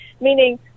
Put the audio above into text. meaning